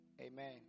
Amen